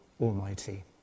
Almighty